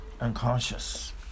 unconscious